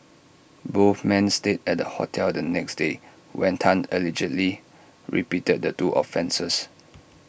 both men stayed at the hotel the next day when Tan allegedly repeated the two offences